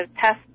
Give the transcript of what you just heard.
test